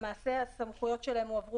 למעשה הסמכויות שלהם נקבעו